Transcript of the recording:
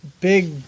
big